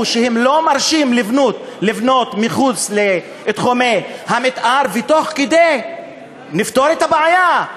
שהם לא מרשים לבנות מחוץ לתחומי המתאר ותוך כדי נפתור את הבעיה.